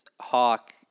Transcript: Hawk